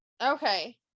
Okay